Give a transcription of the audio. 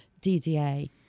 DDA